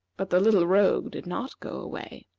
but the little rogue did not go away.